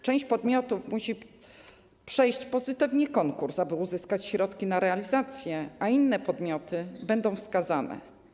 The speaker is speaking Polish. Część podmiotów musi przejść pozytywnie konkurs, aby uzyskać środki na realizację, a inne podmioty będą wskazane.